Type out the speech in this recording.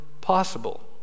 possible